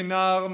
כנער,